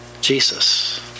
Jesus